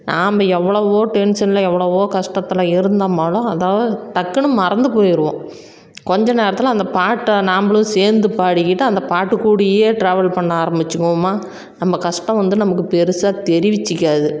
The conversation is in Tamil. நாம் எவ்வளவோ டென்ஷன்ல எவ்வளவோ கஷ்டத்துல இருந்தோம்னாலும் அதை டக்குனு மறந்து போயிடுவோம் கொஞ்ச நேரத்தில் அந்தப் பாட்டை நம்பளும் சேர்ந்து பாடிக்கிட்டு அந்தப் பாட்டு கூடயே ட்ராவல் பண்ண ஆரம்பிச்சுக்குவோம்மா நம்ம கஷ்டோம் வந்து நமக்கு பெருசாக தெரிவித்திக்காது